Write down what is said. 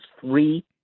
three